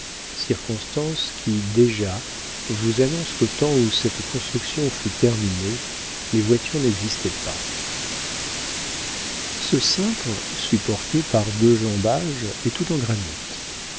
circonstance qui déjà vous annonce qu'au temps où cette construction fut terminée les voitures n'existaient pas ce cintre supporté par deux jambages est tout en granit